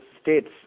states